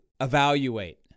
evaluate